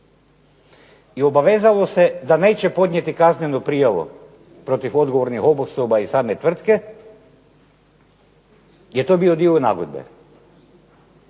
i obavezalo se da neće podnijeti kaznenu prijavu protiv odgovornih osoba i same tvrtke, jer je to bio dio nagodbe.